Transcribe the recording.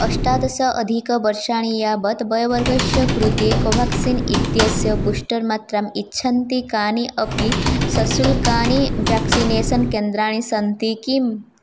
अष्टादश अधिकवर्षाणि यावत् वयोवर्गस्य कृते कोवाक्सिन् इत्यस्य बुस्टर् मात्रम् यच्छन्ति कानि अपि सशुल्कानि व्याक्सिनेसन् केन्द्राणि सन्ति किम्